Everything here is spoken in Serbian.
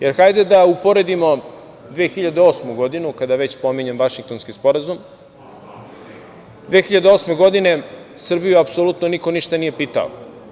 Jer hajde da uporedimo 2008. godinu, kada već pominjem Vašingtonski sporazum, 2008. godine Srbiju apsolutno niko ništa nije pitao.